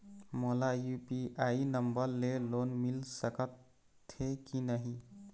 मोला UPI number ले loan मिल सकथे कि नहीं?